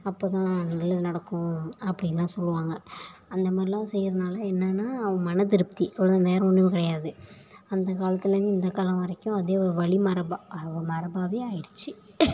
அப்போ தான் நல்லது நடக்கும் அப்படின்லாம் சொல்லுவாங்க அந்த மாரிலாம் செய்கிறதுனால என்னென்னா அவங்க மன திருப்தி அவ்வளோ தான் வேறே ஒன்றும் கிடையாது அந்த காலத்திலேருந்து இந்த காலம் வரைக்கும் அதே ஒரு வழிமரபாக மரபாவே ஆகிடுச்சி